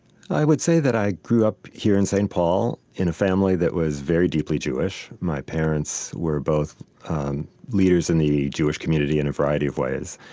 i would say that i grew up here in st. paul in a family that was very deeply jewish. my parents were both leaders in the jewish community in a variety of ways.